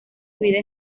vida